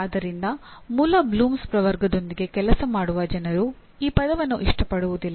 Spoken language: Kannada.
ಆದ್ದರಿಂದ ಮೂಲ ಬ್ಲೂಮ್ಸ್ ಪ್ರವರ್ಗದೊಂದಿಗೆ ಕೆಲಸ ಮಾಡುವ ಜನರು ಈ ಪದವನ್ನು ಇಷ್ಟಪಡುವುದಿಲ್ಲ